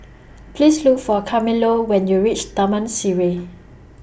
Please Look For Carmelo when YOU REACH Taman Sireh